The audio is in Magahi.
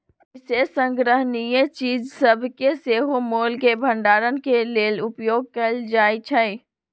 विशेष संग्रहणीय चीज सभके सेहो मोल के भंडारण के लेल उपयोग कएल जाइ छइ